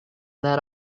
that